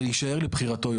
זה יישאר לבחירתו.